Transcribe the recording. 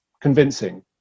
convincing